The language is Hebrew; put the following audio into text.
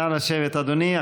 נא לשבת, אדוני.